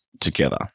together